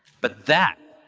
but that,